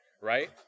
right